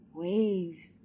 waves